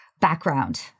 background